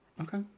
okay